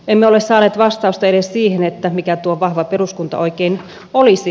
emme ole saaneet vastausta edes siihen mikä tuo vahva peruskunta oikein olisi